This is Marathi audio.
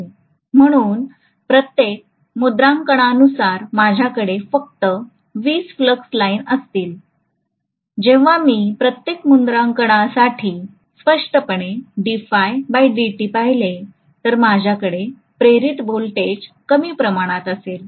म्हणून प्रत्येक मुद्रांकनानुसार माझ्याकडे फक्त २० फ्लक्स लाइन असतील जेव्हा मी प्रत्येक मुद्रांकनासाठी स्पष्टपणे पहिले तर माझ्याकडे प्रेरित व्होल्टेज कमी प्रमाणात असेल